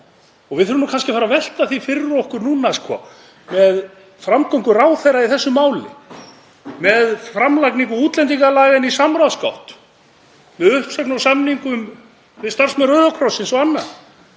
Við þurfum kannski að fara að velta því fyrir okkur núna með framgöngu ráðherra í þessu máli, með framlagningu útlendingalaganna í samráðsgátt, með uppsögn á samningum við starfsmenn Rauða krossins og annað,